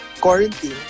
quarantine